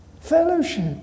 fellowship